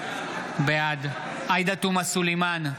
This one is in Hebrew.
בעד עאידה תומא סלימאן,